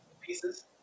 pieces